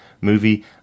movie